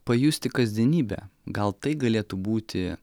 pajusti kasdienybę gal tai galėtų būti